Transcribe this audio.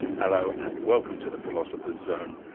hallo, and welcome to the philosopher's zone.